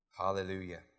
Hallelujah